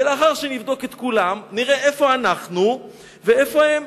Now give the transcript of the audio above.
לאחר שנבדוק את כולם נראה איפה אנחנו ואיפה הם.